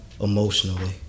emotionally